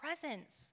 presence